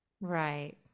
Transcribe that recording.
Right